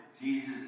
Jesus